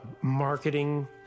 marketing